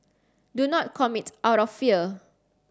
do not commit out of fear